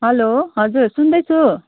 hello हजुर सुन्दैछु